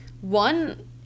One